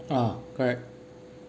ah correct